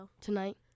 Tonight